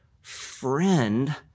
friend